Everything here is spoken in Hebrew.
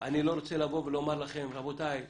לבוא ולומר לכם, רבותיי,